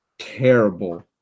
terrible